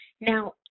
Now